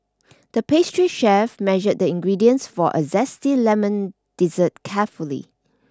the pastry chef measured the ingredients for a zesty lemon dessert carefully